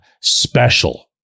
special